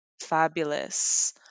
fabulous